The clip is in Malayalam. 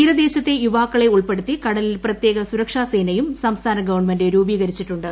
തീരദേശത്തെ യുവാക്കളെ ഉൾപ്പെടൂത്തി കടലിൽ പ്രത്യേക സുരക്ഷാ സേനയും സംസ്ഥാന ഗവൺമെന്റ് രൂപീകരിച്ചിട്ടുണ്ട്